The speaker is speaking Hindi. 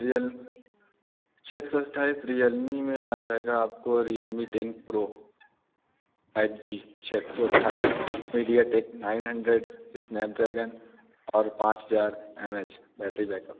रियलमि छः सौ अट्ठाईस रियलमी में आ जाएगा आपको Realme ten pro five G छः सौ अट्ठाईस मीडियाटेक नाइन हंड्रेड स्नैपड्रेगन और पाँच हज़ार एम एच बैट्री बैकअप